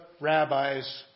rabbis